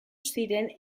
ziren